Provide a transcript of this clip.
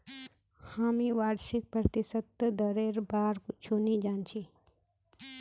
हामी वार्षिक प्रतिशत दरेर बार कुछु नी जान छि